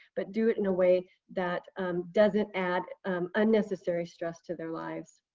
but do it in a way that doesn't add unnecessary stress to their lives.